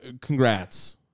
congrats